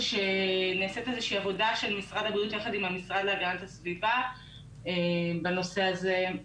נעשית עבודה של משרד הבריאות יחד עם המשרד להגנת הסביבה בנושא הזה.